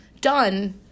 done